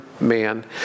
man